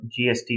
GST